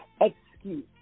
excuse